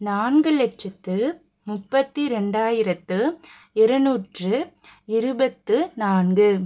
நான்கு லெட்சத்தி முப்பத்தி ரெண்டாயிரத்தி இரநூற்றி இருபத்தி நான்கு